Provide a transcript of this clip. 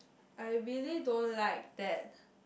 I really don't like that